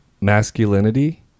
masculinity